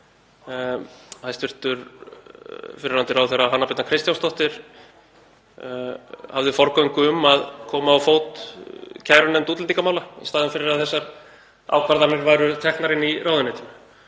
þegar hæstv. fyrrverandi ráðherra, Hanna Birna Kristjánsdóttir, hafði forgöngu um að koma á fót kærunefnd útlendingamála í staðinn fyrir að þessar ákvarðanir væru teknar inni í ráðuneyti.